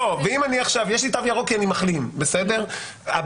יש לי תו ירוק כי אני מחלים מלפני חצי שנה.